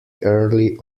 early